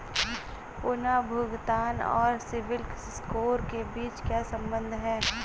पुनर्भुगतान और सिबिल स्कोर के बीच क्या संबंध है?